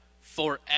forever